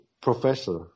Professor